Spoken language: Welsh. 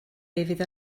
fydd